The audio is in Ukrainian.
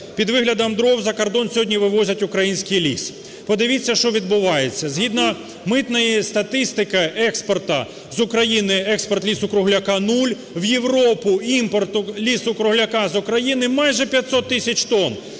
Під виглядом дров за кордон сьогодні вивозять український ліс. Подивіться, що відбувається. Згідно митної статистики експорту: з України експорт лісу-кругляка – нуль, в Європу імпорту лісу-кругляка з України – маже 500 тисяч тонн.